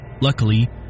Luckily